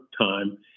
time